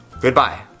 goodbye